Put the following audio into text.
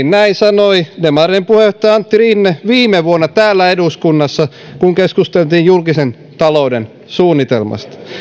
näin sanoi demareiden puheenjohtaja antti rinne viime vuonna täällä eduskunnassa kun keskusteltiin julkisen talouden suunnitelmasta